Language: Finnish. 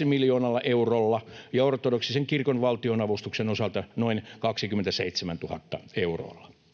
1,2 miljoonalla eurolla ja ortodoksisen kirkon valtionavustuksen osalta noin 27 000 eurolla.